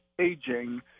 aging